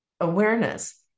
awareness